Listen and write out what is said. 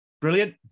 brilliant